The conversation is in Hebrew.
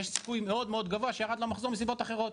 יש סיכוי מאוד גבוה שירד לו המחזור מסיבות אחרות